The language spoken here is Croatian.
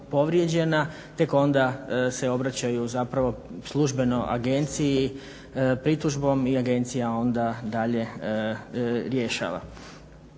tek onda se obraćaju zapravo službeno agenciji pritužbom i agencija onda dalje rješava.